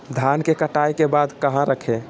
धान के कटाई के बाद कहा रखें?